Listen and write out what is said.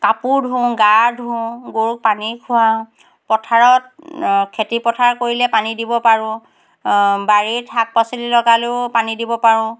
কাপোৰ ধোওঁ গা ধোওঁ গৰুক পানী খোৱাওঁ পথাৰত খেতি পথাৰ কৰিলে পানী দিব পাৰোঁ বাৰীত শাক পাচলি লগালেও পানী দিব পাৰোঁ